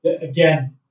again